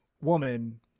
woman